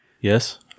Yes